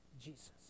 Jesus